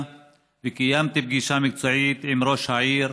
וקיימתי פגישה מקצועית עם ראש העיר